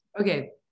Okay